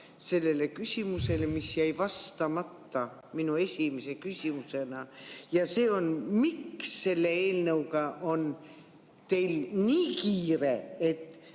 sellele küsimusele, mis jäi vastamata minu esimese küsimusena, ja see on: miks selle eelnõuga on teil nii kiire, et